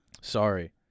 Sorry